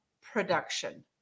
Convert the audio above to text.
production